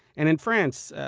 and in france,